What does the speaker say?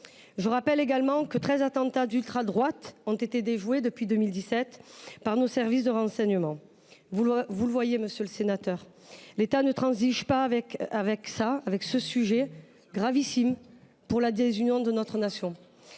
Je rappelle également que treize attentats d’ultradroite ont été déjoués depuis 2017 par nos services de renseignement. Vous le voyez, monsieur le sénateur, l’État ne transige pas avec ce sujet gravissime pour la désunion de notre nation.